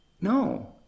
No